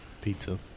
Pizza